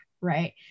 right